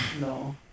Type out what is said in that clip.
no